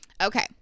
Okay